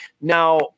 now